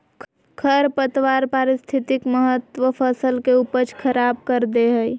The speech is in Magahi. खरपतवार पारिस्थितिक महत्व फसल के उपज खराब कर दे हइ